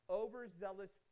overzealous